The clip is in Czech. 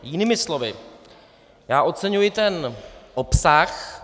Jinými slovy, já oceňuji ten obsah.